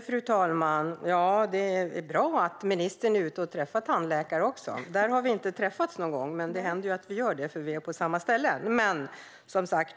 Fru talman! Det är bra att ministern är ute och träffar tandläkare. Där har vi inte träffats någon gång, vilket det annars händer att vi gör eftersom vi besöker samma ställen.